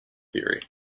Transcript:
theory